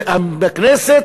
בכנסת,